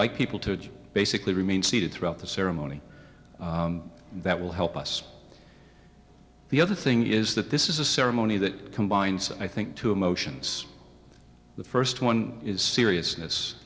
like people to basically remain seated throughout the ceremony that will help us the other thing is that this is a ceremony that combines i think two emotions the first one is seriousness